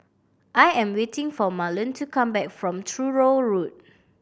I am waiting for Marlon to come back from Truro Road